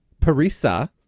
Parisa